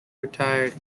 retired